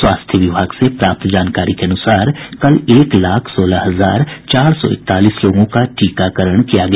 स्वास्थ्य विभाग से प्राप्त जानकारी के अनुसार कल एक लाख सोलह हजार चार सौ इकतालीस लोगों का टीकाकरण किया गया